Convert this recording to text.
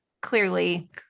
clearly